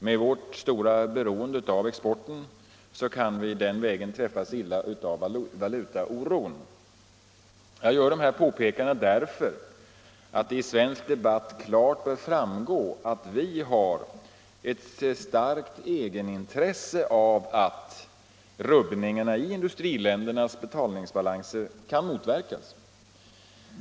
Med vårt stora beroende av exporten kan vi på den vägen träffas illa av valutaoro. Jag gör dessa påpekanden därför att det i svensk debatt klart bör framgå att vi har ett starkt egenintresse av att rubbningarna i industriländernas betalningsbalanser kan motverkas.